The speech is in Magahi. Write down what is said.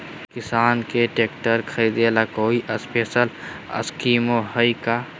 किसान के ट्रैक्टर खरीदे ला कोई स्पेशल स्कीमो हइ का?